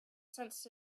sensed